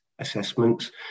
assessments